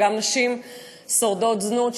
וגם נשים שורדות זנות,